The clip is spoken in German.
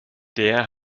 der